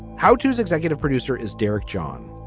how tos executive producer is derek john,